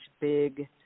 big